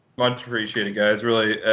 much appreciated, guys, really.